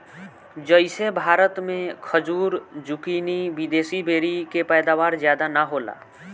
जइसे भारत मे खजूर, जूकीनी, विदेशी बेरी के पैदावार ज्यादा ना होला